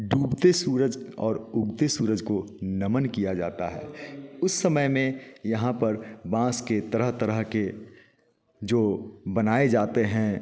डूबते सूरज और उगते सूरज को नमन किया जाता है इस समय में यहाँ पर बाँस के तरह तरह के जो बनाए जाते हैं